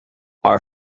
our